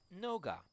noga